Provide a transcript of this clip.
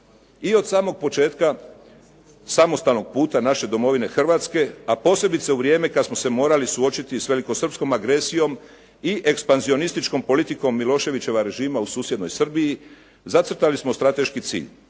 I od samog početka samostalnog puta naše domovine Hrvatske, a posebice u vrijeme kad smo se morali suočiti sa velikosrpskom agresijom i ekspanzionističkom politikom Miloševićeva režima u susjednoj Srbiji zacrtali smo strateški cilj